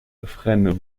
freinent